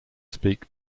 speak